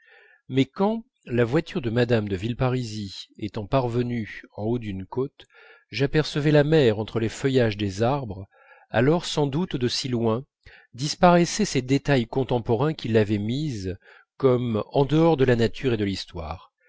mais quand la voiture de mme de villeparisis étant parvenue au haut d'une côte j'apercevais la mer entre les feuillages des arbres alors sans doute de si loin disparaissaient ces détails contemporains qui l'avaient mise comme en dehors de la nature et de l'histoire